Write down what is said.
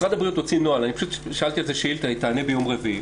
שאלתי על זה שאילתה והיא תיענה ביום רביעי,